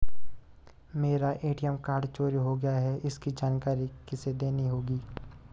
मेरा ATM card चोरी हो गया है इसकी जानकारी किसे देनी होगी?